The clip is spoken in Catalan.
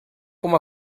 com